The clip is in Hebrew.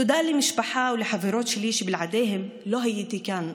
תודה למשפחה ולחברות שלי, שבלעדיהם לא הייתי כאן,